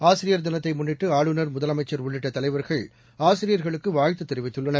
ஆசிரியர் தினத்தை முன்னிட்டு ஆளுநர் முதலமைச்சர் உள்ளிட்ட தலைவர்கள் ஆசிரியர்களுக்கு வாழ்த்து தெரிவித்துள்ளனர்